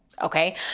Okay